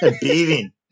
beating